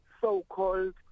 so-called